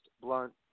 blunt